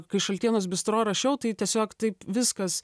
kai šaltienos bistro rašiau tai tiesiog taip viskas